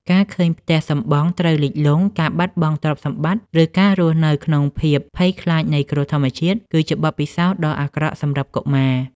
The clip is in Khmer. ការឃើញផ្ទះសម្បង់ត្រូវលិចលង់ ការបាត់បង់ទ្រព្យសម្បត្តិ ឬការរស់នៅក្នុងភាពភ័យខ្លាចនៃគ្រោះធម្មជាតិ គឺជាបទពិសោធន៍ដ៏អាក្រក់សម្រាប់កុមារ។